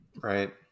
Right